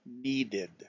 needed